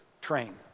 train